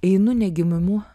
einu negimimu